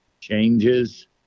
changes